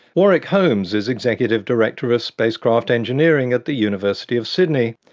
warwick holmes is executive director of spacecraft engineering at the university of sydney,